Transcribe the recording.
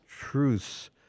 truce